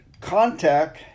contact